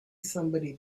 somebody